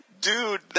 Dude